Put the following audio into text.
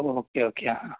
okay okay ആ ആ